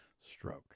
stroke